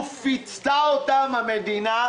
ופיצתה אותם המדינה,